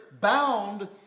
bound